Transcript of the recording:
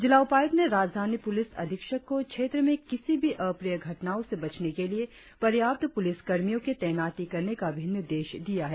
जिला उपायुक्त ने राजधानी पूलिस अधीक्षक को क्षेत्र में किसी भी अप्रिय घटना से बचने के लिए पर्याप्त पुलिस कर्मी तैनात करने का निर्देश दिया है